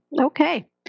okay